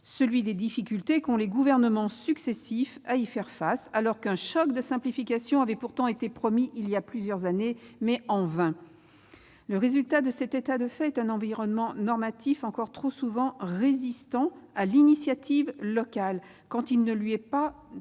celui des difficultés qu'ont les gouvernements successifs à y faire face, alors qu'un « choc de simplification » avait pourtant été promis voilà plusieurs années, mais en vain. Le résultat de cet état de fait est un environnement normatif encore trop souvent résistant à l'initiative locale, quand il ne lui est pas